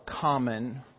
common